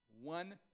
one